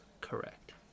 correct